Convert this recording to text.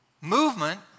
Movement